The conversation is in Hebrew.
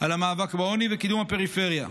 על המאבק בעוני וקידום הפריפריה.